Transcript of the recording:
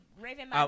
Raven